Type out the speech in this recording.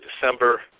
December